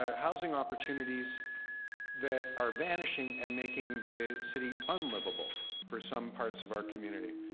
ah housing opportunities that are vanishing and making the city unliveable for some parts of our community.